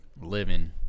living